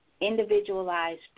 individualized